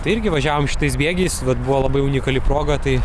tai irgi važiavom šitais bėgiais vat buvo labai unikali proga tai